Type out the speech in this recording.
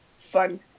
fun